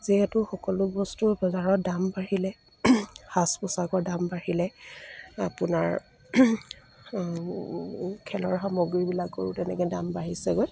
যিহেতু সকলো বস্তুৰ বজাৰৰ দাম বাঢ়িলে সাজ পোছাকৰ দাম বাঢ়িলে আপোনাৰ খেলৰ সামগ্ৰীবিলাকৰো তেনেকে দাম বাঢ়িছেগৈ